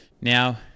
Now